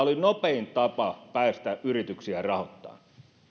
oli nopein tapa päästä yrityksiä rahoittamaan